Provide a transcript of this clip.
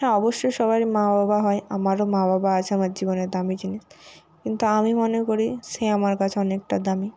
হ্যাঁ অবশ্যই সবারই মা বাবা হয় আমারও মা বাবা আছে আমার জীবনের দামি জিনিস কিন্তু আমি মনে করি সে আমার কাছে অনেকটা দামি